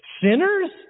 sinners